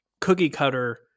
cookie-cutter